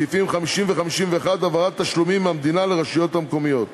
סעיפים 50 ו-51 (העברת תשלומים מהמדינה לרשויות המקומיות).